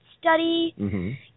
study